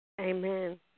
Amen